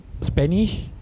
Spanish